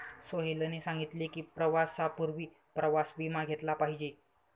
सोहेलने सांगितले की, प्रवासापूर्वी प्रवास विमा घेतला पाहिजे